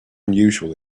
unusual